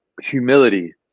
humility